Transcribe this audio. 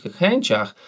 chęciach